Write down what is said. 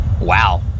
Wow